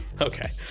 Okay